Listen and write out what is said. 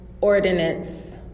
ordinance